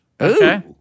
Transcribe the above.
okay